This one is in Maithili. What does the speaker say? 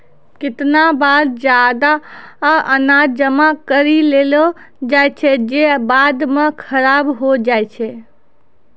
केतना बार जादा अनाज जमा करि लेलो जाय छै जे बाद म खराब होय जाय छै